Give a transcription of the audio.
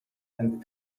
and